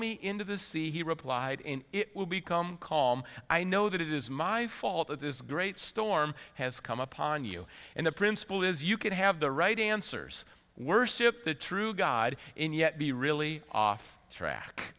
me into the sea he replied in it will be come call i know that it is my fault it is a great storm has come upon you and the principle is you can have the right answers worship the true god and yet be really off track